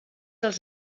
els